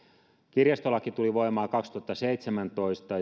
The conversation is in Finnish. kirjastolaki tuli voimaan kaksituhattaseitsemäntoista